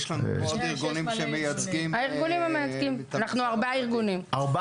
הארגונים המייצגים, אנחנו ארבעה ארגונים.